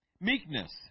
Meekness